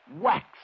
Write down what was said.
Wax